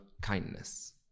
kindness